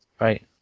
Right